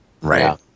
Right